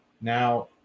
now